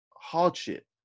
hardship